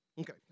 Okay